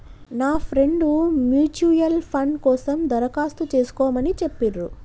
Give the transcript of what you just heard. నా friend mutual fund కోసం దరఖాస్తు చేస్కోమని చెప్పిర్రు